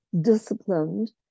disciplined